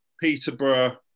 Peterborough